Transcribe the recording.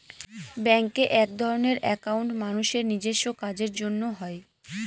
ব্যাঙ্কে একধরনের একাউন্ট মানুষের নিজেস্ব কাজের জন্য হয়